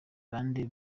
bande